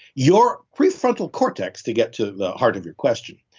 your prefrontal cortex, to get to the heart of your question.